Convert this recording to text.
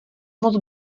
moc